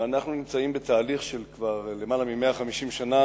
אנחנו נמצאים בתהליך של כבר יותר מ-150 שנה,